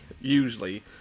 usually